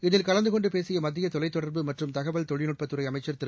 இதில் கலந்துகொண்டுபேசியமத்தியதொலைத்தொடர்பு மற்றும் தகவல் தொழில்நுட்பத்துறைஅமைச்சர் திரு